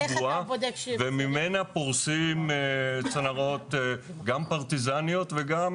וממנה פורסים צינורות גם פרטיזניות וגם